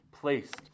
placed